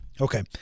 okay